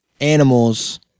animals